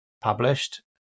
published